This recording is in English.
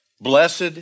Blessed